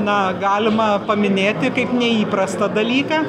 na galima paminėti kaip neįprastą dalyką